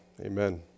amen